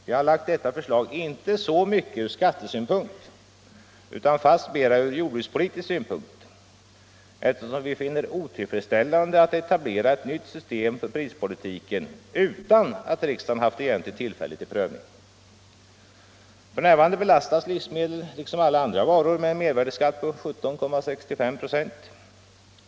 Vi har lagt fram detta förslag icke så mycket ur skattesynpunkt utan fastmera ur jordbrukspolitisk synpunkt, eftersom vi finner det otillfredsställande att etablera ett nytt system för prispolitiken utan att riksdagen haft egentligt tillfälle till prövning. F.n. belastas livsmedel liksom alla andra varor med en mervärdeskatt på 17,65 96.